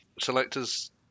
selectors